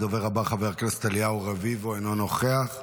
הדובר הבא, חבר הכנסת אליהו רביבו, אינו נוכח.